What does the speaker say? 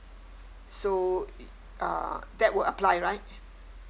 so uh that would apply right